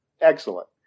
Excellent